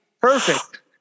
Perfect